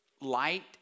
light